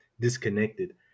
disconnected